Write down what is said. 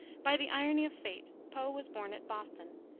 by the irony of fate poe was born at boston,